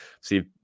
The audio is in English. See